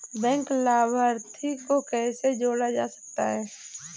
Bank लाभार्थी को कैसे जोड़ा जा सकता है?